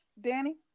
Danny